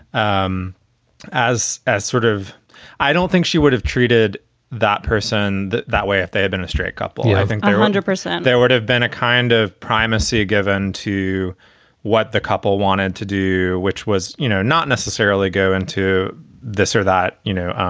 um as a sort of i don't think she would have treated that person that that way if they had been a straight couple. i think they were hundred percent. there would have been a kind of primacy given to what the couple wanted to do, which was, you know, not necessarily go into this or that, you know,